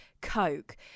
Coke